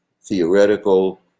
theoretical